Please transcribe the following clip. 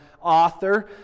author